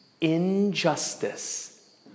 injustice